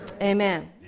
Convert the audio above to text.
Amen